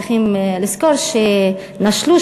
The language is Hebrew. צריכים לזכור שנישלו,